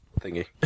thingy